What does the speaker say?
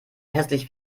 hässlich